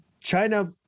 China